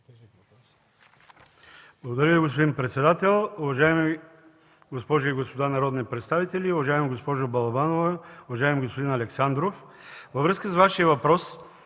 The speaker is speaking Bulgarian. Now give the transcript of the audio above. Благодаря Ви, господин председател. Уважаеми госпожи и господа народни представители! Уважаема госпожо Балабанова, уважаеми господин Александров, във връзка с Вашия въпрос